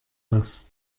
hast